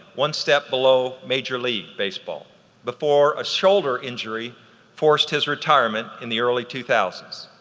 one step below major league baseball before a shoulder injury forced his retirement in the early two thousand s.